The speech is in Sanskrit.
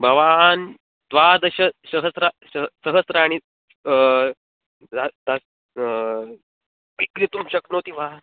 भवान् द्वादशसहस्रं श सहस्राणि तत् तत् क्रेतुं शक्नोति वा